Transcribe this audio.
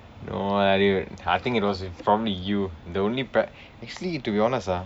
no eh I didn't I think it was with probably you the only br~ actually to be honest ah